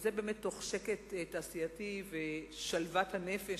וזה באמת תוך שקט תעשייתי ושלוות הנפש,